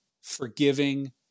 forgiving